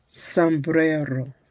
sombrero